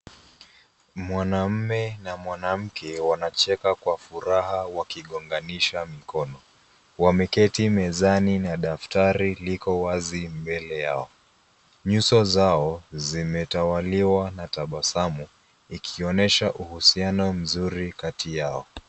Mwanamke na mwanaume wanacheka kwa furaha wakigonganisha mikono. Wameketi mezani na daftari liko wazi mbele yao. Nyuso zao zimetawaliwa na tabasamu ikionyesha uhusiano mzuri kati yao.